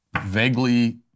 vaguely